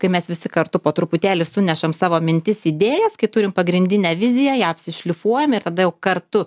kai mes visi kartu po truputėlį sunešam savo mintis idėjas kai turim pagrindinę viziją ją apsišlifuojam ir tada jau kartu